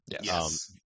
yes